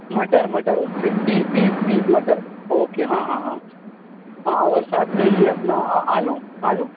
مٹر مٹر صرف تیس تیس تیس مٹر اوکے ہاں ہاں ہاں ہاں اور ساتھ میں یہ اپنا آلو آلو